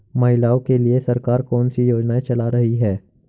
महिलाओं के लिए सरकार कौन सी योजनाएं चला रही है?